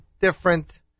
different